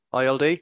ILD